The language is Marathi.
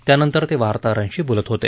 त्यानंतर ते वार्ताहरांशी बोलत होते